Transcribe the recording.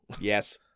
Yes